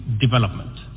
development